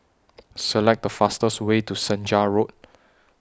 Select The fastest Way to Senja Road